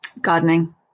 gardening